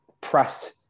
press